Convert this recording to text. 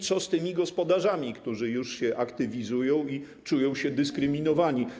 Co z tymi gospodarzami, którzy już się aktywizują i czują się dyskryminowani?